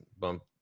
bump